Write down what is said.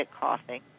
coughing